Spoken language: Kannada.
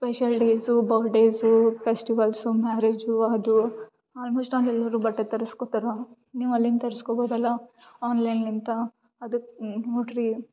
special days birthdays festivals marriage ಅದು ಆಲ್ಮೊಸ್ಟ್ ಆಲ್ ಎಲ್ಲರು ಬಟ್ಟೆ ತರಿಸ್ಕೋತಾರ ನೀವು ಅಲ್ಲಿಂದ ತರಿಸ್ಕೋಬೋದಲ್ಲ ಆನ್ಲೈನ್ಗಿಂತ ಅದಕ್ಕೆ ನೋಡ್ರಿ